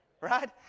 right